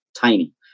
tiny